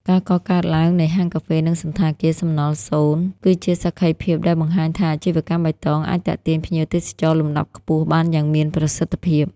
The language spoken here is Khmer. ការកកើតឡើងនៃហាងកាហ្វេ និងសណ្ឋាគារ "សំណល់សូន្យ" គឺជាសក្ខីភាពដែលបង្ហាញថា អាជីវកម្មបៃតងអាចទាក់ទាញភ្ញៀវទេសចរលំដាប់ខ្ពស់បានយ៉ាងមានប្រសិទ្ធភាព។